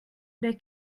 they